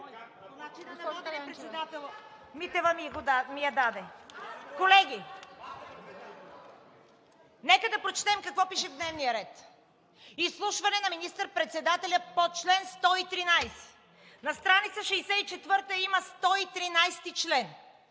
Колеги, нека да прочетем какво пише в дневния ред – Изслушване на министър-председателя по чл. 113. На стр. 64 има чл.